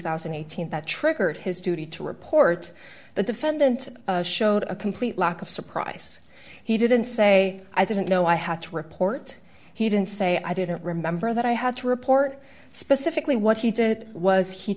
thousand and eighteen that triggered his duty to report the defendant showed a complete lack of surprise he didn't say i didn't know i had to report he didn't say i didn't remember that i had to report specifically what he did was he